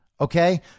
Okay